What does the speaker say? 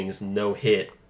no-hit